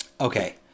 Okay